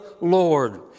Lord